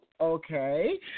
okay